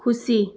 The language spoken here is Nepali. खुसी